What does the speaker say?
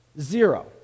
Zero